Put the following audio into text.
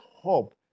hope